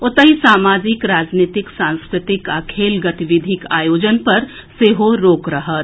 ओतहि सामाजिक राजनीतिक सांस्कृतिक आ खेल गतिविधिक आयोजन पर सेहो रोक रहत